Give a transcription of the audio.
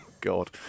God